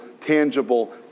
tangible